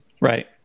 Right